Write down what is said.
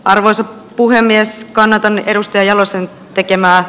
arvoisa puhemies kanadan edustaja lassen tekemää